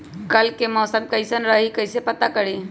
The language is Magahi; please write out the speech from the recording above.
कल के मौसम कैसन रही कई से पता करी?